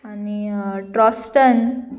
आनी ट्रॉस्टन